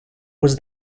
was